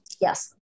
Yes